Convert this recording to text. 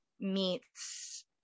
meets